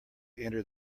enter